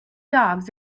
dogs